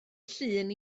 llun